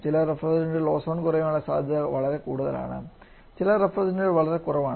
ചില റഫ്രിജറന്റുകൾ ഓസോൺ കുറയാനുള്ള സാധ്യത വളരെ കൂടുതലാണ് ചില റഫ്രിജറന്റുകൾ വളരെ കുറവാണ്